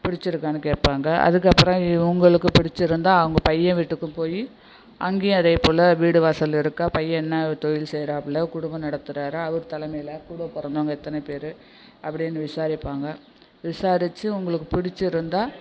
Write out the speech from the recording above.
பிடிச்சிருக்கானு கேட்பாங்க அதுக்கு அப்புறம் இவங்களுக்கு பிடிச்சிருந்தால் அவங்க பையன் வீட்டுக்கு போய் அங்கேயும் அதே போல் வீடு வாசல் இருக்கா பையன் என்ன தொழில் செய்கிறாப்ல குடும்பம் நடத்துகிறாரா அவர் தலைமையில் கூட பிறந்தவங்க எத்தனை பேர் அப்படின்னு விசாரிப்பாங்க விசாரித்து உங்களுக்கு பிடிச்சிருந்தா